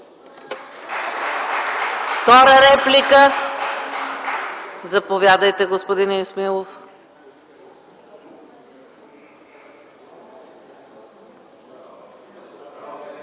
Втора реплика? Заповядайте, господин Исмаилов.